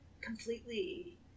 completely